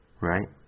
right